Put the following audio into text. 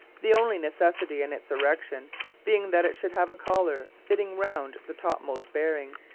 the only necessity in its erection being that it should have a collar fitting round the topmost bearing,